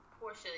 Portia